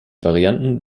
varianten